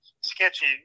sketchy